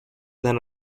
then